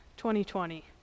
2020